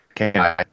Okay